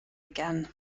again